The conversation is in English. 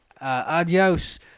Adios